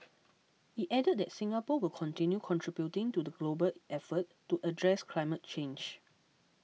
it added that Singapore will continue contributing to the global effort to address climate change